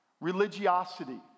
Religiosity